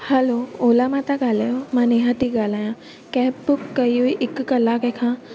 हलो Ola मां त ॻाल्हायो मां नेहा थी ॻाल्हायां कैब बुक कई हुई हिक कलाक खां